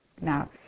Now